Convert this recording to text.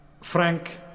Frank